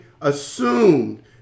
assumed